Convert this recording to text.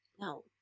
No